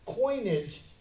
coinage